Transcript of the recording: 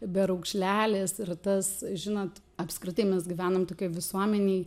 be raukšlelės ir tas žinot apskritai mes gyvenam tokioj visuomenėj